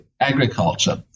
agriculture